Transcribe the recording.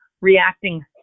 reacting